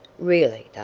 really,